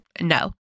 no